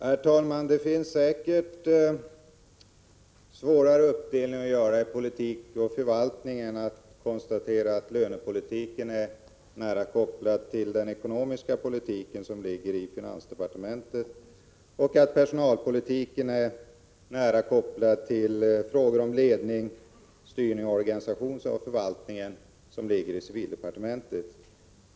Herr talman! Det finns säkert svårare uppdelningar att göra i politiken och förvaltningen än att konstatera att lönepolitiken är nära kopplad till den ekonomiska politiken, som handhas av finansdepartementet, och att personalpolitiken är nära kopplad till frågor om ledning, styrning och organisation, alltså förvaltningen, som handhas av civildepartementet.